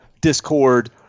discord